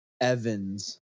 Evans